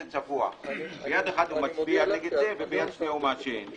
צבוע ביד אחת הוא מצביע נגד זה ומצד שני מעשן,